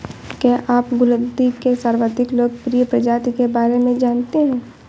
क्या आप गुलदाउदी के सर्वाधिक लोकप्रिय प्रजाति के बारे में जानते हैं?